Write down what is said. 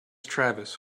travis